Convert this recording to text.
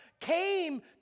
came